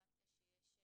הגלוריפיקציה שיש בהצגה,